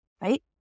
right